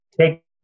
take